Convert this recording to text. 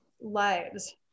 lives